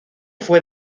fue